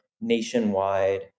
nationwide